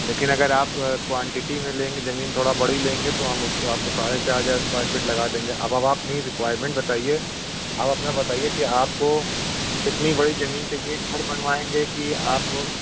लेकिन अगर आप क्वांटिटी में लेंगे ज़मीन थोड़ी बड़ी लेंगे तो हम उसको आपको साढ़े चार हज़ार स्क्वायर फीट लगा देंगे अब आप अपनी रिक्वायरमेंट बताइए अब अपना बताइए कि आपको कितनी बड़ी ज़मीन चाहिए घर बनवाएँगे कि आप